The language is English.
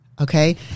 Okay